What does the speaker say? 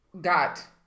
got